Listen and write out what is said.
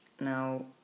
Now